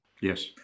Yes